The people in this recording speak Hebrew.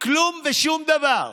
כלום ושום דבר.